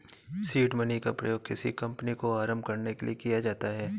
seed money का प्रयोग किसी कंपनी को आरंभ करने के लिए किया जाता है